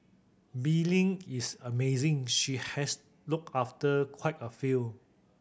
Bee Ling is amazing she has look after quite a few